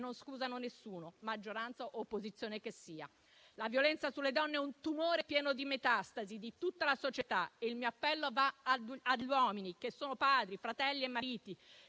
scusano nessuno, maggioranza o opposizione che sia. La violenza sulle donne è un tumore pieno di metastasi di tutta la società. Il mio appello va agli uomini, che sono padri, fratelli e mariti,